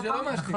שאלנו אותם